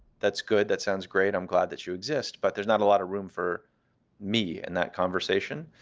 that's good. that sounds great. i'm glad that you exist, but there's not a lot of room for me in that conversation.